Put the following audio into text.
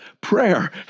prayer